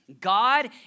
God